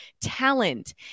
talent